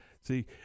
See